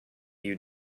you